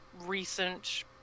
recent